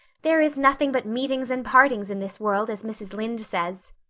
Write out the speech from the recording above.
there is nothing but meetings and partings in this world, as mrs. lynde says,